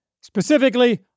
Specifically